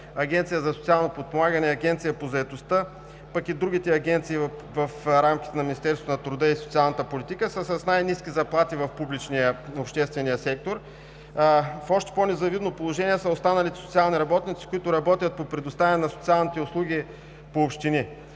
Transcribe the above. Агенция за социално подпомагане и Агенция по заетостта, пък и другите агенции в рамките на Министерството на труда и социалната политика, са с най-ниски заплати в публичния, в обществения сектор. В още по-незавидно положение са останалите социални работници, които работят по предоставяне на социалните услуги по общини.